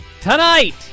tonight